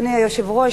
אדוני היושב-ראש,